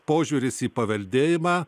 požiūris į paveldėjimą